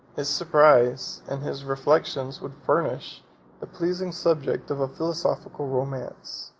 his surprise and his reflections would furnish the pleasing subject of a philosophical romance.